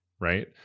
right